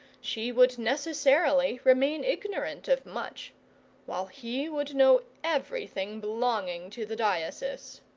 she would necessarily remain ignorant of much while he would know everything belonging to the diocese.